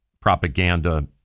propaganda